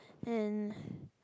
and